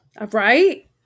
Right